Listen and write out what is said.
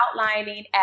outlining